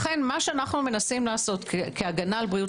לכן מה שאנו מנסים לעשות כהגנה על בריאות